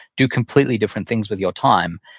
do completely different things with your time,